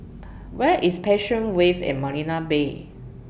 Where IS Passion Wave At Marina Bay